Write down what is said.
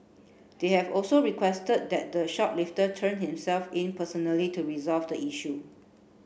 they have also requested that the shoplifter turn himself in personally to resolve the issue